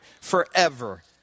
forever